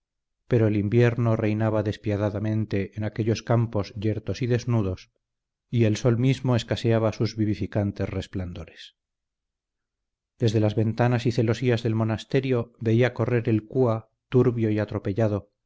pero el invierno reinaba despiadadamente en aquellos campos yertos y desnudos y el sol mismo escaseaba sus vivificantes resplandores desde las ventanas y celosías del monasterio veía correr el cúa turbio y atropellado